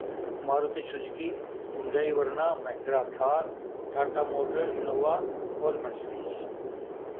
Maruti Suzuki Hyundai Verna Mahindra Thar Tata motor Innova اور مرسٹیج